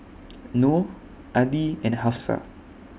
Noh Adi and Hafsa